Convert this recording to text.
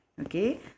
okay